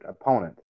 opponent